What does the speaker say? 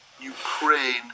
Ukraine